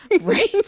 right